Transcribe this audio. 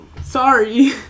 sorry